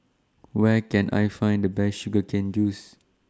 Where Can I Find The Best Sugar Cane Juice